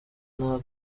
nta